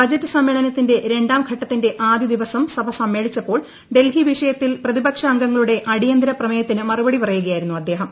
budget സമ്മേളനത്തിന്റെ രണ്ടാം ഘട്ടത്തിന്റെ ആദ്യ ദിവസം സഭ സമ്മേളിച്ചപ്പോൾ ഡൽഹി വിഷയത്തിൽ പ്രതിപക്ഷ അംഗ്ല്ങ്ങളുടെ അടിയന്തര പ്രമേയത്തിനു മറുപടി പറയുകയ്ടായിരുന്നു അദ്ദേഹം